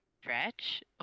stretch